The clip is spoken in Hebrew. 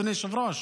אדוני היושב-ראש,